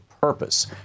purpose